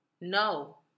No